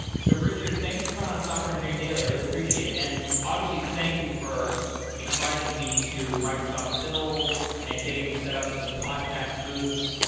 so richard, thanks for coming on software engineering daily, i really appreciate it. and obviously, thank you for inviting me to microsoft build and getting me set up with some podcast booths.